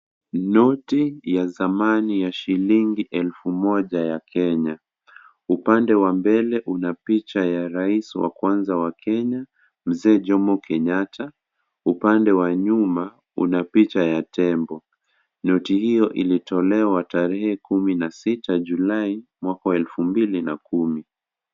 Noti ya zamani ya shilingi elfu moja ya Kenya upande wa mbele kuna picha ya Rais wa kwanza wa Kenya mzee Jomo Kenyatta , upande wa nyuma una picha ya tembo noti hiyo ilitolewa tarehe kumi na sita julaye mwaka wa elfu mbili na kumi.